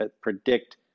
predict